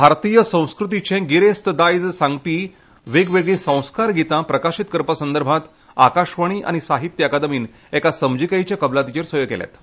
भारतिय संस्कृतीचें गिरेस्त दायज सांगपी वेगवेगळीं संस्कार गितां प्रकाशीत करपा संदर्भांत आकाशवाणी आनी साहित्य अकादमीन एका समजिकायेच्या कबलातीचेर सयो केल्यात